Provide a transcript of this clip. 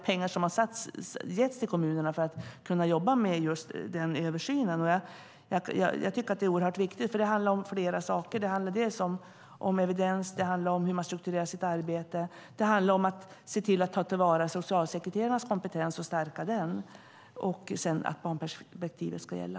Pengar har getts till kommunerna för att de ska kunna jobba med den översynen. Jag tycker att det är oerhört viktigt, för det handlar om flera saker. Det handlar om evidens, om hur man strukturerar sitt arbete, om att se till att ta till vara socialsekreterarnas kompetens och stärka den, och det handlar om att barnperspektivet ska gälla.